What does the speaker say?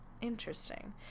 Interesting